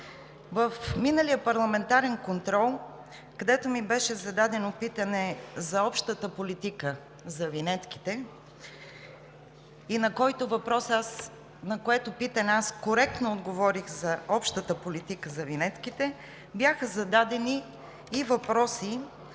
В миналия парламентарен контрол, където ми беше зададено питане за общата политика за винетките, и на което питане коректно отговорих за общата политика за винетките, бяха зададени и въпроси,